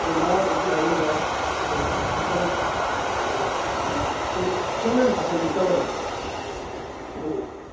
ꯑꯗꯨꯅ ꯑꯗꯨꯒꯤ ꯍꯥꯏꯔꯤꯕ ꯄꯣꯠꯇꯨꯗꯤ ꯈꯤꯇꯪ ꯑꯗꯣ ꯍꯥꯏꯗꯤ ꯁꯦꯡꯅꯗꯤ ꯊꯥꯗꯣꯛꯅꯤꯡꯗꯕꯅꯤ ꯑꯗꯨ